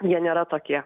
jie nėra tokie